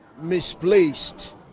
misplaced